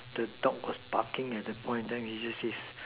the dog was barking at the point then he use his